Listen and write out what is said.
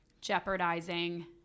jeopardizing